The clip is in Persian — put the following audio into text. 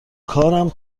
کارم